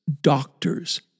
doctors